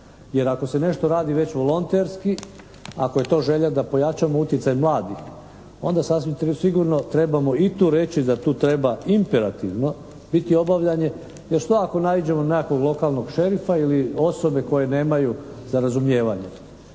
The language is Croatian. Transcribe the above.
Jer ako se nešto radi već volonterski, ako je to želja da pojačamo utjecaj mladih onda sasvim sigurno trebamo i tu reći da tu treba imperativno biti obavljanje, jer šta ako naiđemo na nekakvog lokalnog šerifa ili osobe koje nemaju za razumijevanje